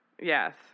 Yes